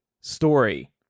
story